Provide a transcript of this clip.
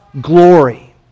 glory